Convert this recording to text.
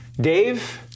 Dave